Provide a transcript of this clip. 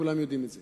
כולם יודעים את זה.